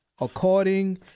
according